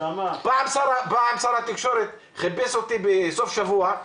פעם שר התקשורת חיפש אותי בסוף-שבוע.